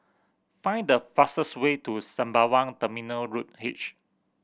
find the fastest way to Sembawang Terminal Road H